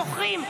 זוכרים,